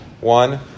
One